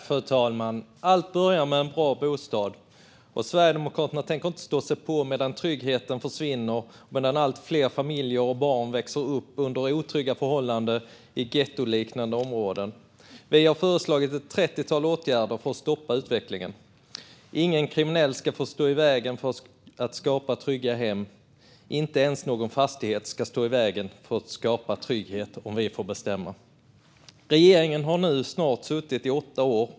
Fru talman! Allt börjar med en bra bostad. Sverigedemokraterna tänker inte stå och se på medan tryggheten försvinner och allt fler familjer lever och barn växer upp under otrygga förhållanden i gettoliknande områden. Vi har föreslagit ett trettiotal åtgärder för att stoppa utvecklingen. Ingen kriminell ska få stå i vägen för att skapa trygga hem. Inte ens någon fastighet ska stå i vägen för att skapa trygghet om vi får bestämma. Regeringen har nu snart suttit i åtta år.